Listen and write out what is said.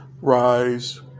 rise